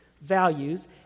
values